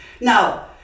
Now